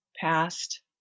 past